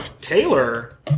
Taylor